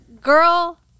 girl